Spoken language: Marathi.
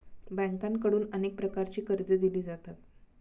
बँकांकडून अनेक प्रकारची कर्जे दिली जातात